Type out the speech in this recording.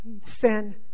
sin